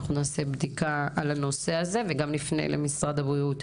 אנחנו נעשה בדיקה על הנושא הזה וגם נפנה למשרד הבריאות.